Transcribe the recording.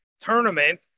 tournament